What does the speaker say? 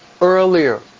earlier